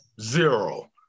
zero